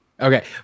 Okay